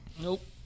Nope